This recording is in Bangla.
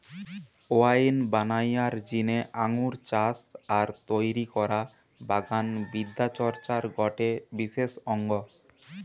ওয়াইন বানানিয়ার জিনে আঙ্গুর চাষ আর তৈরি করা বাগান বিদ্যা চর্চার গটে বিশেষ অঙ্গ